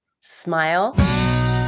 smile